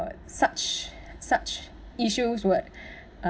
uh such such issues would uh